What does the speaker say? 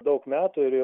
daug metų ir